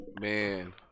man